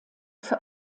für